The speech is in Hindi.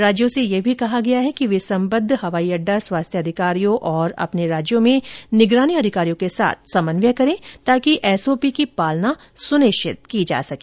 राज्यों से यह भी कहा गया है कि वे संबंद्व हवाई अड़डा स्वास्थ्य अधिकारियों और अपने राज्यों में निगरानी अधिकारियों के साथ समन्वय करे ताकि एसओपी की पालना सुनिश्चित की जा सके